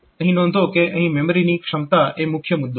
અહીં નોંધો કે અહીં મેમરીની ક્ષમતા એ મુખ્ય મુદ્દો છે